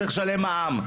צריך לשלם מע״מ,